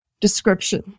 description